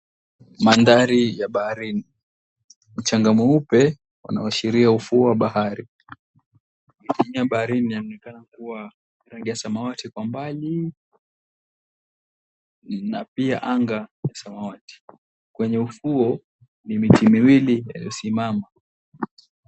Mandhari ya bahari. Mchanga mweupe unaoashiria ufuo wa bahari. Baharini inaonekana rangi ya samawati kwa mbalii na pia anga ni samawati. Kwenye ufuo ni miti miwili iliyosimama.